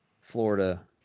Florida